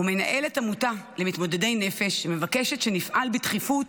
מנהלת עמותה למתמודדי נפש שמבקשת שנפעל בדחיפות